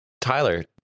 Tyler